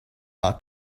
are